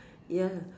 ya